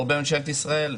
לא בממשלת ישראל,